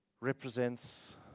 represents